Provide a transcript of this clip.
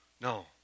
No